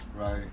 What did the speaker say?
Right